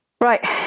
Right